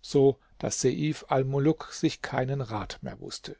so daß seif almuluk sich keinen rat mehr wußte